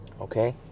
Okay